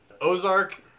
Ozark